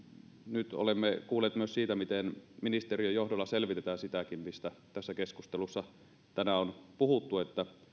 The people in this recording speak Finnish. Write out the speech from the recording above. nyt olemme kuulleet myös siitä miten ministeriön johdolla selvitetään sitäkin mistä tässä keskustelussa tänään on puhuttu että